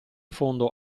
fondo